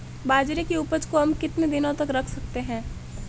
बाजरे की उपज को हम कितने दिनों तक रख सकते हैं?